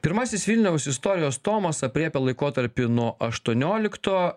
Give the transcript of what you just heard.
pirmasis vilniaus istorijos tomas aprėpia laikotarpį nuo aštuoniolikto